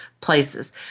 places